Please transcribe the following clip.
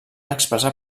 expressar